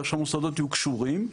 כך שהמוסדות יהיו קשורים,